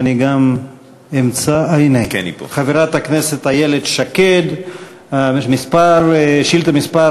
חברת הכנסת איילת שקד, שאילתה מס'